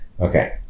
Okay